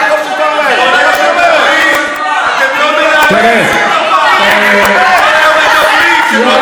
אתם לא מנהלים, אתם לא מדברים ולא מנהלים שום דבר.